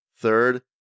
Third